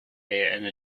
and